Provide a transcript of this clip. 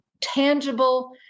tangible